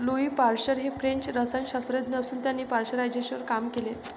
Louis Pasteur हे French रसायनशास्त्रज्ञ असून त्यांनी पाश्चरायझेशनवर काम केले